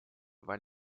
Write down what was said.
wahl